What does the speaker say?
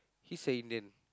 he's an Indian